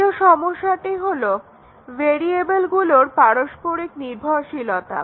দ্বিতীয় সমস্যাটি হলো ভেরিয়েবেলগুলোর পারস্পরিক নির্ভরশীলতা